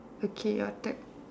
okay your turn